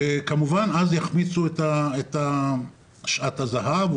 וכמובן אז יחמיצו את שעת הזהב,